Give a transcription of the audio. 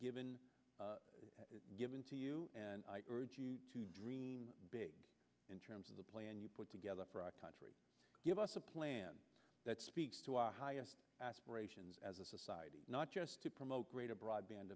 given is given to you and i urge you to dream big in terms of the plan you put together for our country give us a plan that speaks to our highest aspirations as a society not just to promote greater broadband